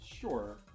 Sure